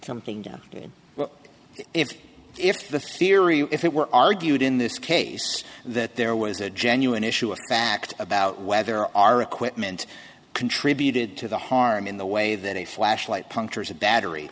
something to do if if the theory if it were argued in this case that there was a genuine issue of fact about whether our equipment contributed to the harm in the way that a flashlight punctures a battery